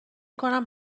کنم